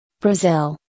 Brazil